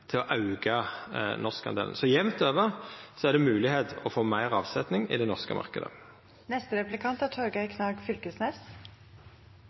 til å auka norskandelen. Jamt over er det moglegheit til å få meir avsetjing i den norske